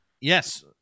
Yes